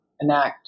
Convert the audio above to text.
enact